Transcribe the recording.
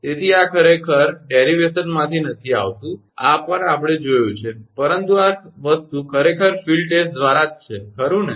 તેથી આ ખરેખર કોઈ વ્યુત્પન્નમાંથી નથી આવતું આ પર આપણે જોયું છે પરંતુ આ વસ્તુ ખરેખર ફીલ્ડ ટેસ્ટ દ્વારા જ છે ખરું ને